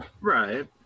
Right